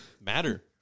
Matter